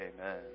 Amen